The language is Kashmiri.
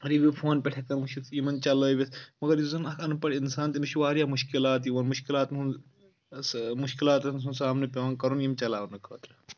رِوِو فون پؠٹھ ہیٚکان وٕچھِتھ یِمَن چَلٲوِتھ مَگر یُس زَن اَکھ اَن پَڑھ اِنسان تٔمِس چھُ واریاہ مُشکِلات یِوان مُشکِلاتَن ہُنٛد مُشکِلاتَن ہُنٛد سامنہٕ پیٚوان کَرُن یِم چَلاونہٕ خٲطرٕ